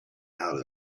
how